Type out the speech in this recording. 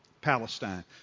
Palestine